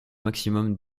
maximum